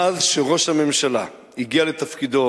מאז שראש הממשלה הגיע לתפקידו,